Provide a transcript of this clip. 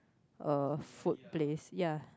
uh food place ya